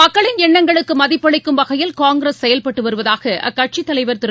மக்களின் எண்ணங்களுக்குமதிப்பளிக்கும் வகையில் காங்கிரஸ் செயல்பட்டுவருவதாகஅக்கட்சியின் தலைவர் திரு